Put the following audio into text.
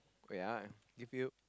wait ah I give you